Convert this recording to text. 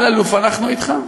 אלאלוף, אנחנו אתך.